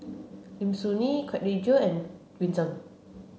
Lim Soo Ngee Kwek Leng Joo and Green Zeng